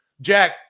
Jack